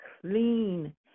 clean